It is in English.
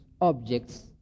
objects